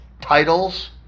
titles